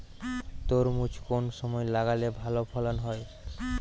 তরমুজ কোন সময় লাগালে ভালো ফলন হয়?